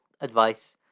advice